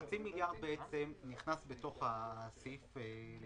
למיטב זכרוני, חצי מיליארד נכנס בתוך הסעיף של